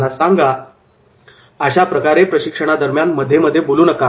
त्यांना सांगा की 'अशा प्रकारे प्रशिक्षणादरम्यान मध्ये मध्ये बोलू नका